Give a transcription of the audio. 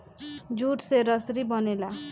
jute से रसरी बनेला